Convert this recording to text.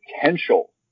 potential